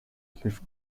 leaf